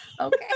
Okay